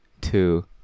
Two